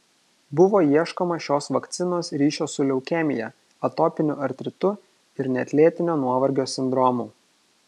buvo ieškoma šios vakcinos ryšio su leukemija atopiniu artritu ir net lėtinio nuovargio sindromu